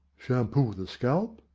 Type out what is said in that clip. shampoo the scalp?